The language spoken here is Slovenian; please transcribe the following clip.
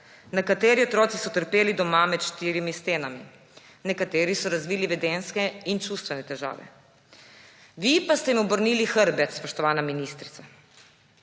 Nekateri otroci so trpeli doma med štirimi stenami, nekateri so razvili vedenjske in čustvene težave, vi pa ste jim obrnili hrbet, spoštovana ministrica.